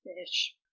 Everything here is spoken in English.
Fish